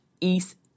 East